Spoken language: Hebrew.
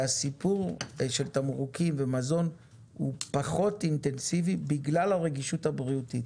הסיפור של תמרוקים ומזון הוא פחות אינטנסיבי בגלל הרגישות הבריאותית